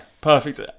perfect